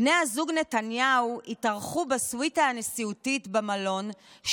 בני הזוג נתניהו התארחו בסוויטה הנשיאותית במלון,